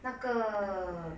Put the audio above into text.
那个